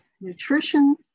nutrition